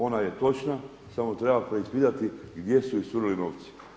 Ona je točna, samo treba preispitati gdje su iscurili novci.